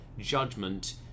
judgment